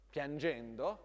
piangendo